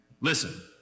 Listen